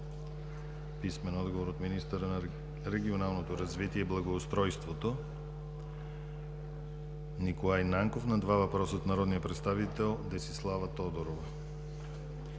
Любомир Бонев; - министъра на регионалното развитие и благоустройството Николай Нанков на два въпроса от народния представител Десислава Тодорова;